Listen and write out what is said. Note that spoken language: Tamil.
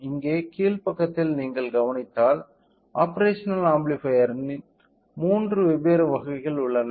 இங்கே கீழ் பக்கத்தில் நீங்கள் கவனித்தால் ஆப்பேரஷனல் ஆம்பிளிபையர்ன் மூன்று வெவ்வேறு வகைகள் உள்ளன